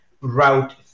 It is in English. route